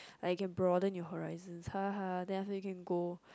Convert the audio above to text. like you can broaden your horizons ha ha then after you can go